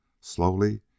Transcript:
slowly